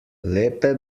lepe